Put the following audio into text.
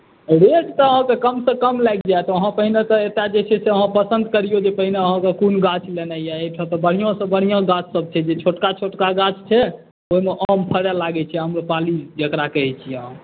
rate तऽ अहाँकेँ कम से कम लागि जायत अहाँ पहिने एतय जे छै से अहाँ पसन्द करियौ जे पहिने अहाँकेँ कोन गाछ लेनाइ यए एहिठाम तऽ बढ़िआँसँ बढ़िआँ गाछसभ छै छोटका छोटका गाछ छै ओहिमे आम फड़ए लागैत छै आम्रपाली जकरा कहैत छी अहाँ